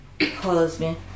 husband